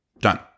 done